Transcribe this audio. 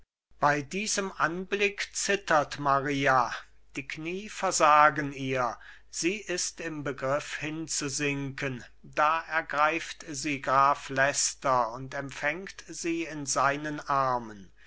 bei diesem anblick zittert maria die knie versagen ihr sie ist im begriff hinzusinken da ergreift sie graf leicester und empfängt sie in seinen armen